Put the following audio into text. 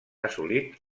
assolit